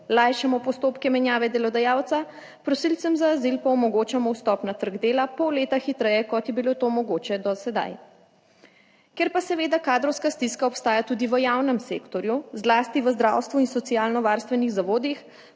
lajšamo postopke menjave delodajalca, prosilcem za azil pa omogočamo vstop na trg dela pol leta hitreje, kot je bilo to mogoče do sedaj. Ker pa seveda kadrovska stiska obstaja tudi v javnem sektorju, zlasti v zdravstvu in socialno varstvenih zavodih,